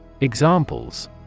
Examples